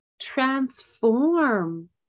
transform